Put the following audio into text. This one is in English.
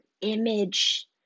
image